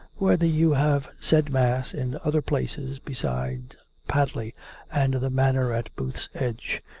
whether you have said mass in other places beside padley and the manor at booth's edge.